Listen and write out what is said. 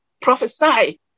prophesy